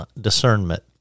discernment